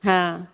हॅं